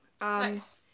Nice